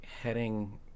heading